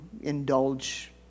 indulge